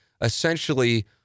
essentially